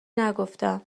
نگفتم